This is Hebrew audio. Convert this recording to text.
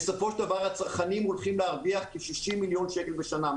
בסופו של דבר הצרכנים הולכים להרוויח כ-60 מיליון שקלים בשנה.